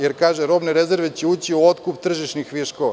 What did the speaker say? Jer, kaže se : „Robne rezerve će ući u otkup tržišnih viškova“